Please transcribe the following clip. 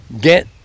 get